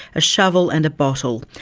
a shovel and a bottle.